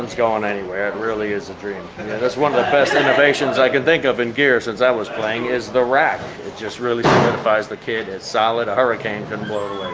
going anywhere it really is a dream and and that's one of the best innovations i can think of in gear since i was playing is the rack just really solidifies the kid it's solid hurricane can blow